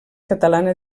catalana